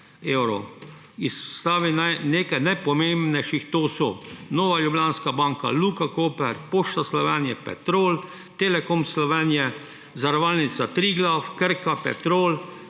izpostavim nekaj najpomembnejših, to so Nova Ljubljanska banka, Luka Koper, Pošta Slovenije, Petrol, Telekom Slovenije, Zavarovalnica Triglav, Krka,